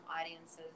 audiences